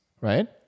right